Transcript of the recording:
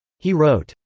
he wrote.